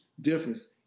difference